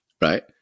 right